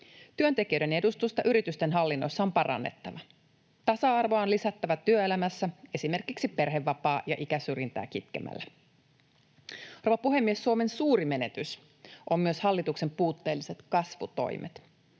Työntekijöiden edustusta yritysten hallinnossa on parannettava. Tasa-arvoa on lisättävä työelämässä esimerkiksi perhevapaa- ja ikäsyrjintää kitkemällä. Rouva puhemies! Suomen suuri menetys on myös hallituksen puutteelliset kasvutoimet.